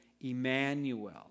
Emmanuel